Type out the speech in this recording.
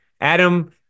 adam